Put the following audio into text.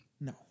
No